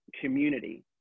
community